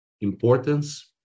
importance